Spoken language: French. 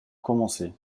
commencé